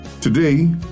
Today